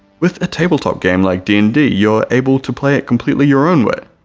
with a tabletop game like d and d you're able to play it completely your own way,